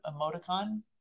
emoticon